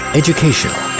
educational